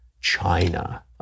China